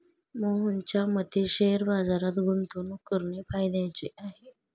मोहनच्या मते शेअर बाजारात गुंतवणूक करणे फायद्याचे आहे